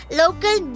local